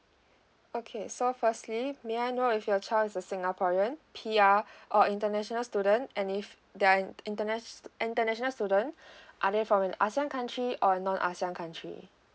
okay so firstly may I know if your child is a singaporean P_R or international student and if they're interna~ international student are they from an ASEAN country or non ASEAN country